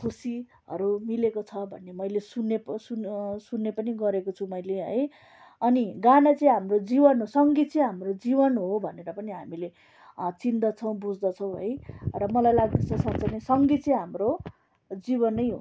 खुसीहरू मिलेको छ भन्ने मैले सुन्ने पनि गरेको छु मैले है अनि गाना चाहिँ हाम्रो जीवन हो सङ्गीत चाहिँ हाम्रो जीवन हो भनेर पनि हामीले चिन्दछौँ बुझ्दछौँ है र मलाई लाग्दछ साँच्चै नै सङ्गीत चाहिँ हाम्रो जीवन नै हो